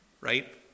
right